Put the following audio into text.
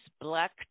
black